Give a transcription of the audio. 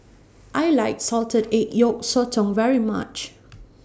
I like Salted Egg Yolk Sotong very much